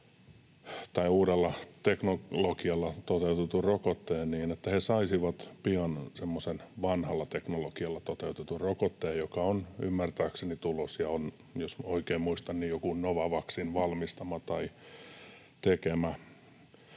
tai uudella teknologialla toteutetun rokotteen hankalaksi, saisivat pian semmoisen vanhalla teknologialla toteutetun rokotteen, joka on ymmärtääkseni tulossa ja on, jos oikein muistan, jonkun Novavaxin valmistama tai tekemä,